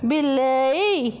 ବିଲେଇ